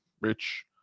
rich